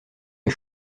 est